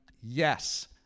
Yes